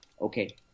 Okay